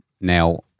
Now